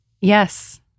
Yes